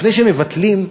לפני שמבטלים,